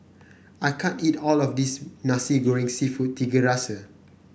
I can't eat all of this Nasi Goreng seafood Tiga Rasa